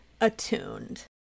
attuned